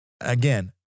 again